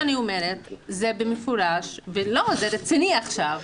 זה רציני עכשיו.